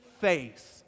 face